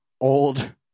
old